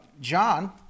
John